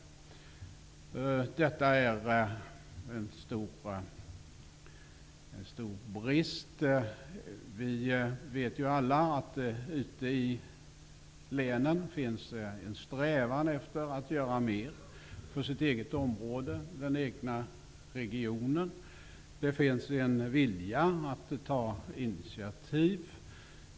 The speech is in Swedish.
Detta är en stor brist. Vi vet ju alla att det ute i länen finns en strävan efter att göra mer för sitt eget område, den egna regionen, och det finns en vilja att ta initiativ.